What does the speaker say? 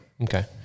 Okay